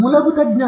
ಮೂಲಭೂತ ಜ್ಞಾನ